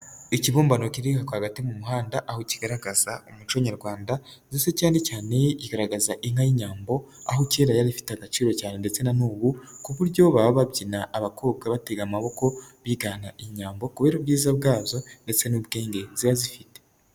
Ikibumbano kiriha rwa hagati mu muhanda aho kigaragaza umuco Nyarwanda ndetse cyane cyane kigaragaza inka y'inyambo aho kera yari ifite agaciro cyane, ndetse na n'ubu ku buryo baba babyina abakobwa batega amaboko bigana inyambo kubera ubwiza bwazo, ndetse n'ubwenge ziba zifite.